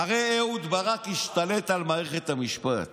הרי אהרן ברק השתלט על מערכת המשפט